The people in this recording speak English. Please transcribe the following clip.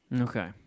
okay